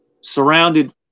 surrounded